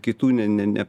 kitų ne ne ne